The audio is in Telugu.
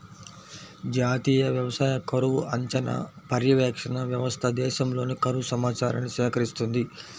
జాతీయ వ్యవసాయ కరువు అంచనా, పర్యవేక్షణ వ్యవస్థ దేశంలోని కరువు సమాచారాన్ని సేకరిస్తుంది